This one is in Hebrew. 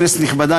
כנסת נכבדה,